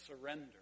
surrender